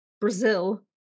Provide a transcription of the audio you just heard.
Brazil